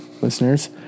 listeners